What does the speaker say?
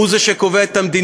הוא זה שקובע את המדיניות,